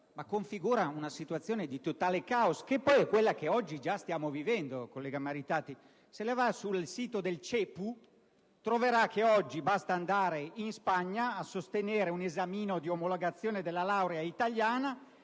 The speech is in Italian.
e produce una situazione di totale caos, che poi è quella che già stiamo vivendo. Collega Maritati, se lei va sul sito Internet del CEPU troverà che oggi basta andare in Spagna a sostenere un esamino di omologazione della laurea italiana,